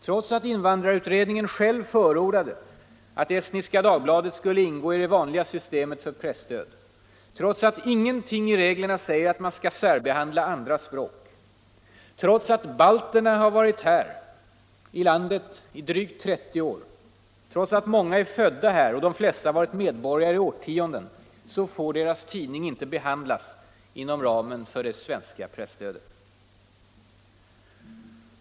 Trots att invandrarutredningen själv förordade att Estniska Dagbladet skulle ingå i det vanliga systemet för presstöd, trots att ingenting i reglerna säger att man skall särbehandla andra språk, trots att balterna har varit här i landet i drygt 30 år, trots att många är födda här och de flesta varit svenska medborgare i årtionden så får deras tidning inte behandlas inom ramen för det svenska presstödet.